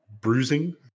bruising